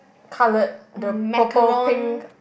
coloured the purple pink